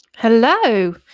Hello